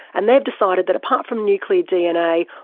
and they've decided that apart from nuclear dna,